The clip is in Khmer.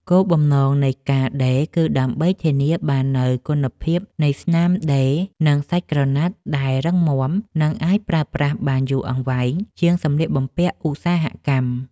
គោលបំណងនៃការដេរគឺដើម្បីធានាបាននូវគុណភាពនៃស្នាមដេរ និងសាច់ក្រណាត់ដែលរឹងមាំ និងអាចប្រើប្រាស់បានយូរអង្វែងជាងសម្លៀកបំពាក់ឧស្សាហកម្ម។